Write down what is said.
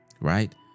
Right